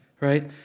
Right